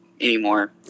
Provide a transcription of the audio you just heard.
anymore